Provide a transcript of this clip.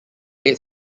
eight